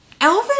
Elvis